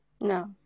No